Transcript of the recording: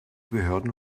behörden